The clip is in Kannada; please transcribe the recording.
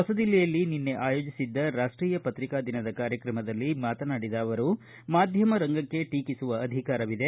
ಹೊಸದಿಲ್ಲಿಯಲ್ಲಿ ನಿನ್ನೆ ಆಯೋಜಿಸಿದ್ದ ರಾಷ್ಟೀಯ ಪ್ರತಿಕಾ ದಿನದ ಕಾರ್ಯಕ್ರಮದಲ್ಲಿ ಮಾತನಾಡಿದ ಅವರು ಮಾಧ್ಯಮರಂಗಕ್ಕೆ ಟೀಕಿಸುವ ಅಧಿಕಾರವಿದೆ